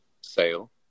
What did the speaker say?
sale